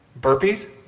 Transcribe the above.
Burpees